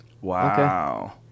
wow